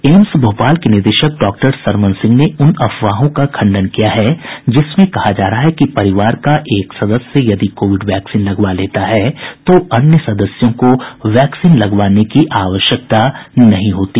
AIIMS Bhopal के निदेशक doctor Sarman Singh ने उन अफवाहों का खंडन किया है जिसमें कहा जा रहा है कि परिवार का एक सदस्य यदि कोविड वैक्सीन लगवा लेता है तो अन्य सदस्यों को वैक्सीन लगवाने की जरूरत नहीं होगी